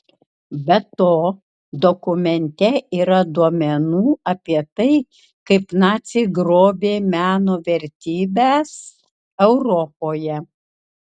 be to dokumente yra duomenų apie tai kaip naciai grobė meno vertybes europoje